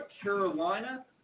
Carolina